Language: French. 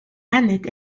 annette